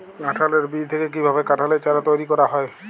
কাঁঠালের বীজ থেকে কীভাবে কাঁঠালের চারা তৈরি করা হয়?